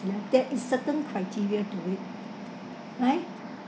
there is certain criteria to it right